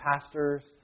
pastors